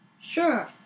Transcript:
Sure